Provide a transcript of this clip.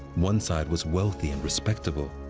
one side was wealthy and respectable,